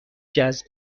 جذب